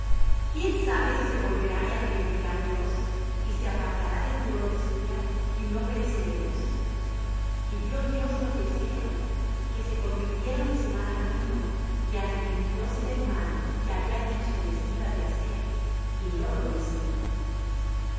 quién sabe si se volverá y arrepentirá dios y se apartará del furor de su ira y no pereceremos y vió dios lo que hicieron que se convirtieron de su mal camino y arrepintióse del mal que había dicho les había de hacer y no lo hizo